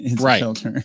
Right